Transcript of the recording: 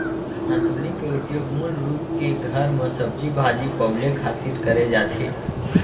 हँसुली के उपयोग मूल रूप के घर म सब्जी भाजी पउले खातिर करे जाथे